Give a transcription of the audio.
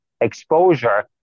exposure